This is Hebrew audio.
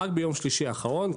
רק ביום שלישי האחרון,